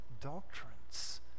doctrines